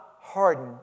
harden